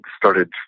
started